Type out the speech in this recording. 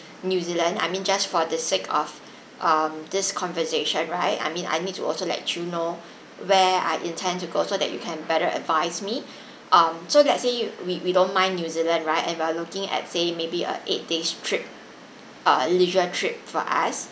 new zealand I mean just for the sake of um this conversation right I mean I need to also let you know where I intend to go so that you can better advise me um so let's say you we we don't mind new zealand right and we're looking at say maybe a eight days trip err leisure trip for us